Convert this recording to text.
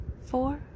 four